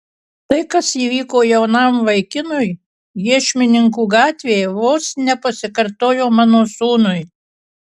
tai kas įvyko jaunam vaikinui iešmininkų gatvėje vos nepasikartojo mano sūnui